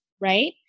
right